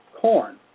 corn